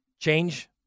change